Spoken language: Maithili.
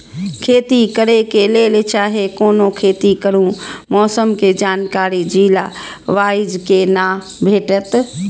खेती करे के लेल चाहै कोनो खेती करू मौसम के जानकारी जिला वाईज के ना भेटेत?